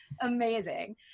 amazing